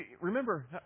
Remember